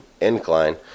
incline